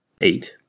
Eight